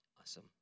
Awesome